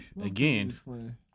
Again